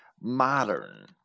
modern